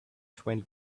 twenty